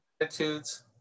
attitudes